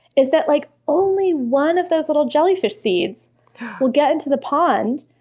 is that like only one of those little jellyfish seeds will get into the pond,